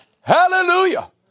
Hallelujah